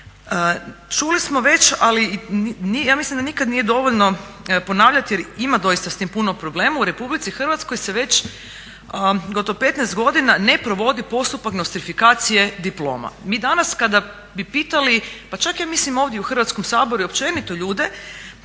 Čuli smo već ali ja mislim da nikada nije dovoljno ponavljati jer ima doista sa tim puno problema u Republici Hrvatskoj se već gotovo 15 godina ne provodi postupak nostrifikacije diploma. Mi danas kada bi pitali, pa čak ja mislim i ovdje u Hrvatskom saboru i općenito ljude